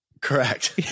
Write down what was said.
correct